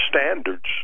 standards